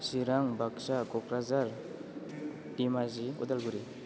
Chirang Baksa Kokrajhar Dhemaji Udalguri